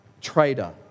traitor